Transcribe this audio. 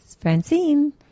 Francine